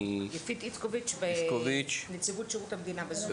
יפית איצקוביץ' מנציבות שירות המדינה, בזום.